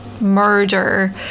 murder